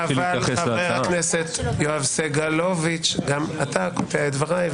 חבר הכנסת סגלוביץ, גם אתה קוטע את דבריי.